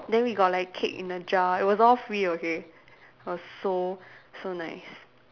then we got like cake in a jar it was all free okay it was so so nice